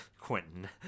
Quentin